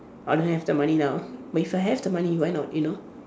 I don't have the money now but if I have the money why not you know